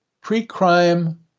pre-crime